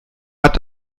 hat